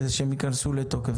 כדי שהם ייכנסו לתוקף.